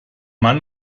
mann